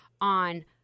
on